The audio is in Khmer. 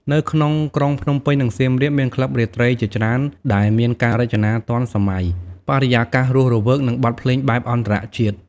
នៅក្នុងក្រុងភ្នំពេញ និងសៀមរាប មានក្លឹបរាត្រីជាច្រើនដែលមានការរចនាទាន់សម័យ បរិយាកាសរស់រវើក និងបទភ្លេងបែបអន្តរជាតិ។